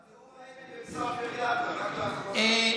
הטיהור האתני במסאפר-יטא רק לאחרונה.